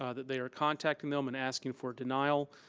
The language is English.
ah that they are contacting them and asking for denial.